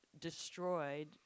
destroyed